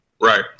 Right